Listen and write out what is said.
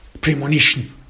premonition